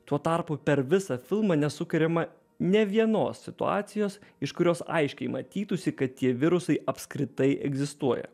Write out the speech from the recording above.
tuo tarpu per visą filmą nesukuriama nė vienos situacijos iš kurios aiškiai matytųsi kad tie virusai apskritai egzistuoja